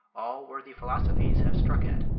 all worthy philosophies, have struck at.